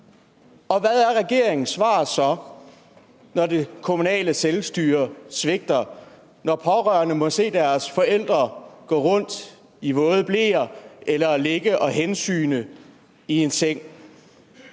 Hvad er regeringens svar så, altså når det kommunale selvstyre svigter, og når pårørende må se deres forældre gå rundt i våde bleer eller ligge og hensygne i en seng?